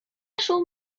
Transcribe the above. шул